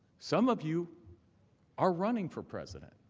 some of you are running for president.